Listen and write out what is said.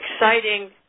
exciting